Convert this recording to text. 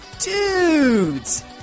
Dudes